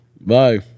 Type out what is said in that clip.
Bye